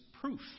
Proof